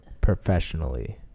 professionally